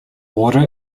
water